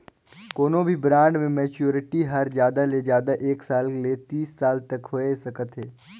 कोनो भी ब्रांड के मैच्योरिटी हर जादा ले जादा एक साल ले तीस साल तक होए सकत हे